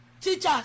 teachers